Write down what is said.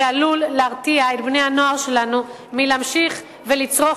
שעלול להרתיע את בני-הנוער שלנו מלהמשיך ולצרוך